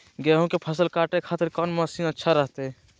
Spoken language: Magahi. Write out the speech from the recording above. गेहूं के फसल काटे खातिर कौन मसीन अच्छा रहतय?